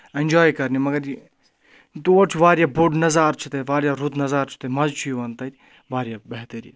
اؠنجاے کَرنہِ مگر تور چھُ واریاہ بوٚڑ نظارٕ چھِ تَتہِ واریاہ رُت نظارٕ چھِ تَتہِ مَزٕ چھُ یِوان تَتہِ واریاہ بہتریٖن